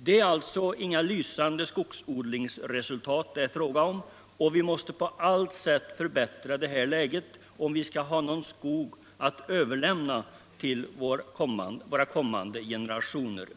Det är alltså inga lysande skogsodlingsresultat det är fråga om och vi måste på allt sätt förbättra det här läget, om vi skall ha någon skog att överlämna till våra kommande generationer.”